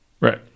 Right